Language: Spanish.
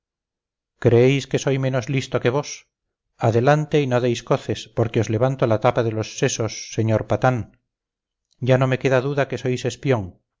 creéis que soy menos listo que vos adelante y no deis coces porque os levanto la tapa de los sesos señor patán ya no me queda duda que sois espion